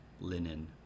linen